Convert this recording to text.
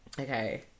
okay